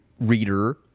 reader